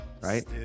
right